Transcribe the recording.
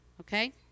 okay